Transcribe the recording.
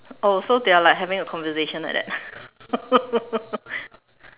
oh so they are like having a conversation like that